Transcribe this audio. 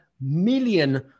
million